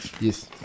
Yes